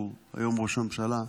שהוא היום ראש הממשלה,